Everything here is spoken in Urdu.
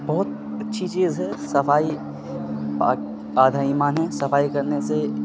بہت اچھی چیز ہے صفائی پاک آدھا ایمان ہے صفائی کرنے سے